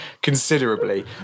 considerably